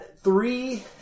Three